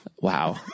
wow